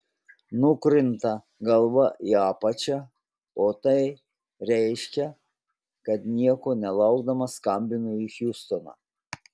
nukrinta galva į apačią o tai reiškia kad nieko nelaukdamas skambinu į hjustoną